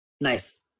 Nice